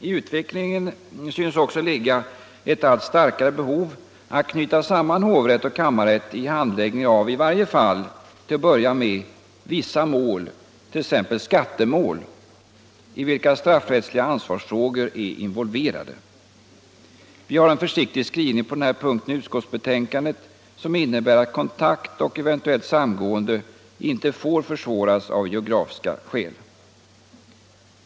I utvecklingen synes också ligga ett allt starkare behov att knyta samman hovrätt och kammarrätt i varje fall till att börja med i handläggningen av vissa mål, t.ex. skattemål i vilka straffrättsliga ansvarsfrågor är involverade. Vi har en försiktig skrivning på den punkten i utskottsbetänkandet, som innebär att kontakt och eventuellt samgående inte får försvåras av geografiska skäl.